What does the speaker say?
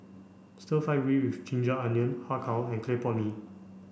stir fry beef with ginger onions Har Kow and Clay Pot Mee